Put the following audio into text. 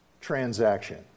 transaction